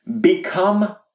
Become